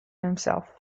himself